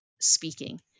speaking